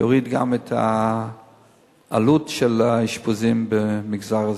זה גם יוריד את העלות של האשפוזים במגזר הזה.